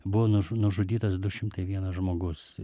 buvo nužu nužudytas du šimtai vienas žmogus